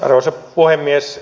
arvoisa puhemies